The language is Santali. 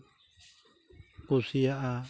ᱠᱩᱥᱤᱭᱟᱜᱼᱟ